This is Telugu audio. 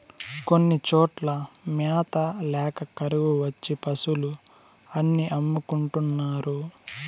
కొన్ని చోట్ల మ్యాత ల్యాక కరువు వచ్చి పశులు అన్ని అమ్ముకుంటున్నారు